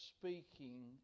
speaking